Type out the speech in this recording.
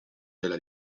della